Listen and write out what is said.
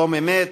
שלום-אמת,